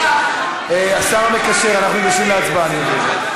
השר המקשר, אנחנו ניגשים להצבעה אני מבין.